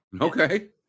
Okay